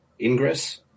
Ingress